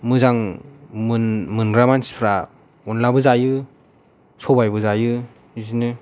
मोजांमोन मोनग्रा मानथिफ्रा अनलाबो जायो सबाइबो जायो बिदिनो